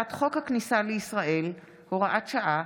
הצעת חוק הכניסה לישראל (הוראת שעה,